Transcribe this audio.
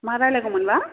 मा रायज्लायगौमोनबा